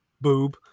boob